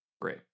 Great